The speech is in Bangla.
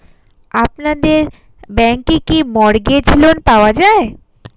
আপনাদের ব্যাংকে কি মর্টগেজ লোন পাওয়া যায়?